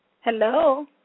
Hello